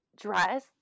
dress